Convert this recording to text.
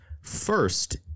first